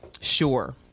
Sure